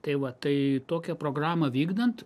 tai va tai tokią programą vykdant